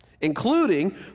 including